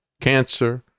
cancer